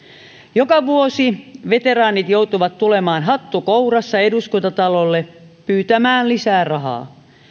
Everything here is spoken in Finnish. joka vuosi veteraanit joutuvat tulemaan hattu kourassa eduskuntatalolle pyytämään lisää rahaa